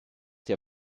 der